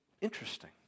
interesting